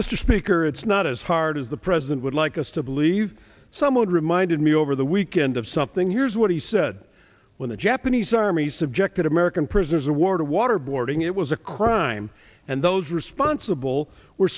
mr speaker it's not as hard as the president would like us to believe someone reminded me over the weekend of something here's what he said when the japanese army subjected american prisoners of war to waterboarding it was a crime and those responsible were